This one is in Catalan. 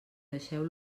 deixeu